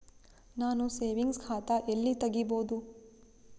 ನಾನು ಸೇವಿಂಗ್ಸ್ ಖಾತಾ ಎಲ್ಲಿ ತಗಿಬೋದು?